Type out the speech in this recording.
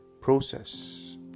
process